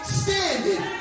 standing